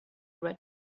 red